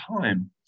time